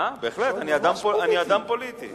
בהחלט, אני אדם פוליטי.